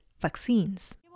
vaccines